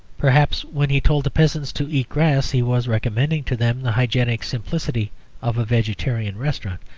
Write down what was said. perhaps when he told the peasants to eat grass he was recommending to them the hygienic simplicity of a vegetarian restaurant.